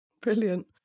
Brilliant